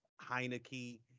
Heineke